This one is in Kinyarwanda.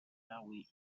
zenawi